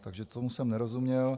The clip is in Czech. Takže tomu jsem nerozuměl.